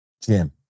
Jim